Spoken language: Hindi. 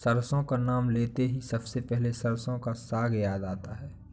सरसों का नाम लेते ही सबसे पहले सरसों का साग याद आता है